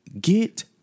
Get